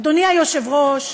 אדוני היושב-ראש,